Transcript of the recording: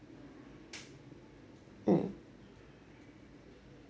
mm